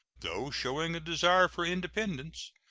though showing a desire for independence,